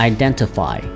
Identify